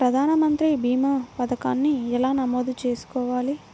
ప్రధాన మంత్రి భీమా పతకాన్ని ఎలా నమోదు చేసుకోవాలి?